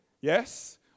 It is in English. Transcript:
Yes